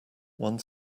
one